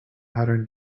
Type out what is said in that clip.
pattern